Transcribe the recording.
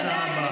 בוודאי.